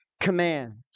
commands